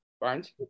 Barnes